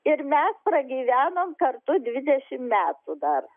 ir mes pragyvenome kartu dvidešimt metų dar